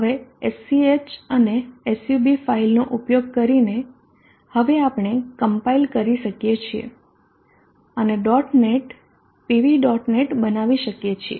હવે sch અને sub file નો ઉપયોગ કરીને હવે આપણે કમ્પાઇલ કરી શકીયે છીએ અને dot net PV dot net બનાવી શકીએ છીએ